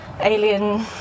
alien